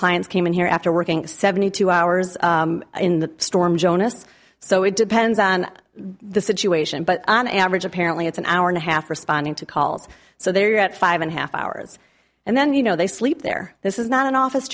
clients came in here after working seventy two hours in the storm jonas so it depends on the situation but on average apparently it's an hour and a half responding to calls so they're out five and a half hours and then you know they sleep there this is not an office